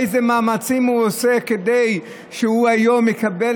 אילו מאמצים הוא עושה כדי שהוא יקבל